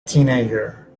teenager